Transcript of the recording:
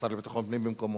השר לביטחון פנים במקומו.